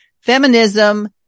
feminism